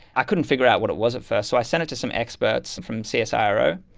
i couldn't figure out what it was at first, so i sent it to some experts from csiro,